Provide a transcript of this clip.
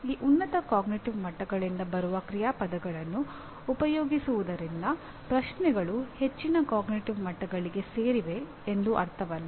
ಈ ಉನ್ನತ ಅರಿವಿನ ಮಟ್ಟಗಳಿಂದ ಬರುವ ಕ್ರಿಯಾಪದಗಳನ್ನು ಉಪಯೋಗಿಸುವುದರಿಂದ ಪ್ರಶ್ನೆಗಳು ಹೆಚ್ಚಿನ ಅರಿವಿನ ಮಟ್ಟಗಳಿಗೆ ಸೇರಿವೆ ಎಂದು ಅರ್ಥವಲ್ಲ